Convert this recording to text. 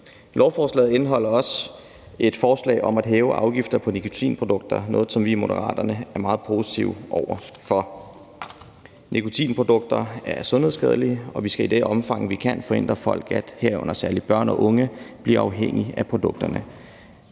Lovforslaget indeholder også et forslag om at hæve afgifter på nikotinprodukter. Det er noget, som vi i Moderaterne er meget positive over for. Nikotinprodukter er sundhedsskadelige, og vi skal i det omfang, vi kan, forhindre, at folk, herunder særlig børn og unge, bliver afhængige af produkterne.